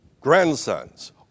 grandsons